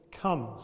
comes